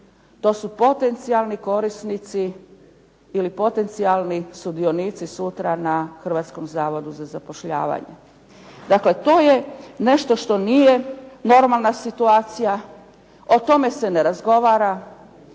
To su potencijalni korisnici, ili potencijalni sudionici sutra na Hrvatskom zavodu za zapošljavanje. Dakle to je nešto što nije normalna situacija, o tome se ne razgovara,